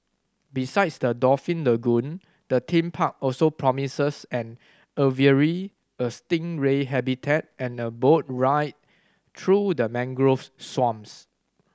besides the dolphin lagoon the theme park also promises an aviary a stingray habitat and a boat ride through the mangroves swamps